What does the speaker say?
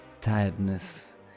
tiredness